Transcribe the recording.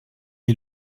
est